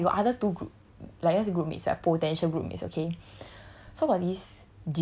so I okay I got other two group like let's say group mates lah potential group mates okay